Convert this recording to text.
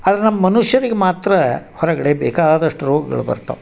ಆದ್ರೆ ನಮ್ಮ ಮನುಷ್ಯರಿಗೆ ಮಾತ್ರ ಹೊರಗಡೆ ಬೇಕಾದಷ್ಟು ರೋಗಗಳು ಬರ್ತವು